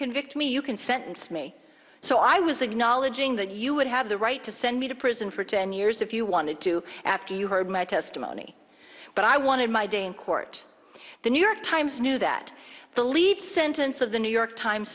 convict me you can sentence me so i was acknowledging that you would have the right to send me to prison for ten years if you wanted to after you heard my testimony but i wanted my day in court the new york times knew that the lead sentence of the new york times